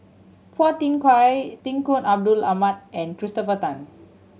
Phua Thin Kiay Tunku Abdul Rahman and Christopher Tan